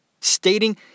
stating